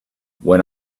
when